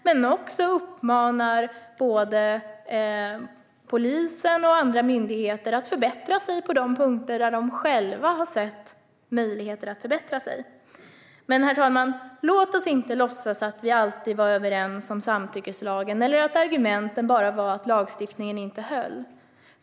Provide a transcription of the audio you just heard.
Men vi uppmanar också polisen och andra myndigheter att förbättra sig på de punkter där de själva har sett möjligheter till det. Herr talman! Låt oss dock inte låtsas att vi alltid var överens om samtyckeslagen eller att argumenten bara var att lagstiftningen inte höll.